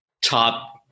top